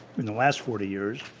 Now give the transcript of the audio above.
in the last forty years.